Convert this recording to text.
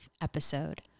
episode